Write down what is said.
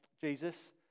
Jesus